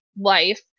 life